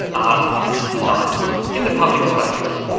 art and science in the public space.